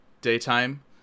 Daytime